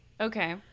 Okay